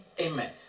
Amen